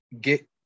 get